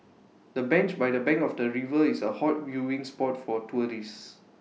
the bench by the bank of the river is A hot viewing spot for tourists